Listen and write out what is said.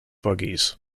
buggies